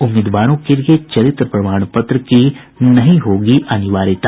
उम्मीदवारों के लिए चरित्र प्रमाण पत्र की नहीं होगी अनिवार्यता